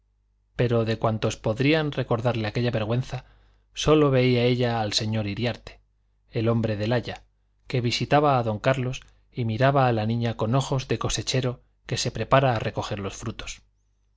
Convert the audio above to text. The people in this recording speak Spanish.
pero de cuantos podrían recordarle aquella vergüenza sólo veía ella al señor iriarte el hombre del aya que visitaba a don carlos y miraba a la niña con ojos de cosechero que se prepara a recoger los frutos